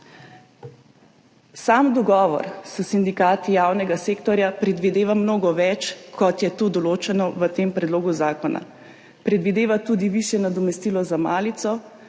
Sam dogovor s sindikati javnega sektorja predvideva mnogo več, kot je to določeno v tem predlogu zakona. Predvideva tudi višje nadomestilo za malico.